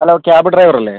hello cab driver അല്ലേ